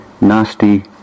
nasty